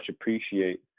appreciate